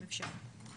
אם אפשר.